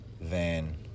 van